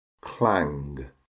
clang